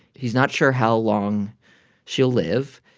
he's not sure how long she'll live.